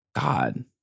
God